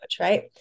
Right